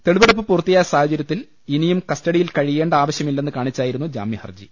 തെളിവെടുപ്പ് പൂർത്തിയായ സാഹചര്യത്തിൽ ഇനിയും കസ്റ്റഡിയിൽ കഴിയേണ്ട ആവശ്യമില്ലെന്ന് കാണിച്ചായിരുന്നു ജാമ്യഹർജി